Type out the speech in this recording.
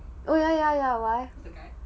oh ya ya ya why